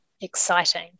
exciting